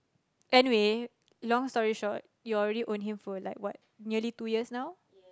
anyways long story short you already owned him for what nearly like two years